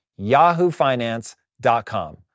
yahoofinance.com